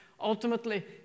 Ultimately